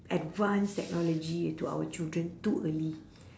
advanced technology to our children too early